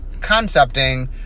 concepting